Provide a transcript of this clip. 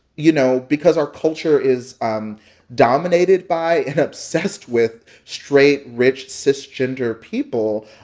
you know, because our culture is um dominated by and obsessed with straight, rich, cisgender people,